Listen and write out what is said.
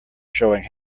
showing